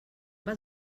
vas